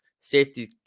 safety